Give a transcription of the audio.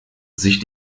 sich